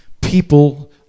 people